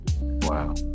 Wow